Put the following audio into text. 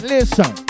Listen